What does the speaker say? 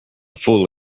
fool